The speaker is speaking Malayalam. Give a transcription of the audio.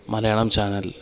മലയാളം ചാനൽ